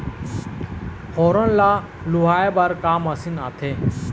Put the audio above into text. फोरन ला लुआय बर का मशीन आथे?